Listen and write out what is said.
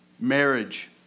marriage